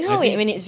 I think